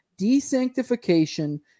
desanctification